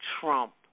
Trump